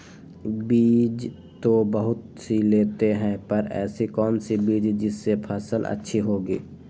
बीज तो बहुत सी लेते हैं पर ऐसी कौन सी बिज जिससे फसल अच्छी होगी?